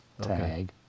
tag